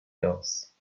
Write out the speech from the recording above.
else